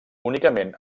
únicament